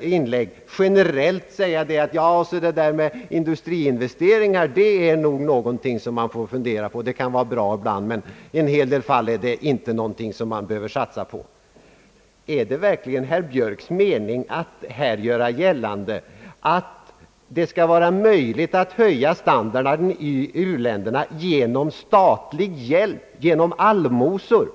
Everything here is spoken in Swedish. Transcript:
inlägg generellt säga att industriinvesteringar är någonting som man får fundera över. De kan vara bra ibland, men i en hel del fall är de inte någonting som man behöver satsa på, menar han. Är det verkligen herr Björks mening att här göra gällande att det skall vara möjligt att höja standarden i u-länderna enbart eller till stor del genom statlig hjälp, genom allmosor?